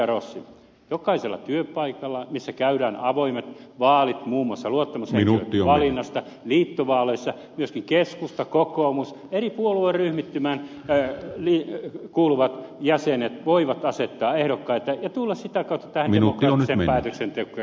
rossi jokaisella työpaikalla missä käydään avoimet vaalit muun muassa luottamushenkilöitten valinnasta liittovaaleissa myöskin keskusta kokoomus eri puolueryhmittymiin kuuluvat jäsenet voivat asettaa ehdokkaita ja tulla sitä kautta tähän demokraattiseen päätöksentekoon mukaan